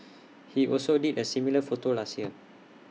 he also did A similar photo last year